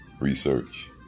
research